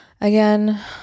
Again